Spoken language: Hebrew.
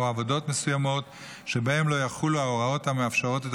עבודות מסוימות שבהם לא יחולו ההוראות המאפשרות את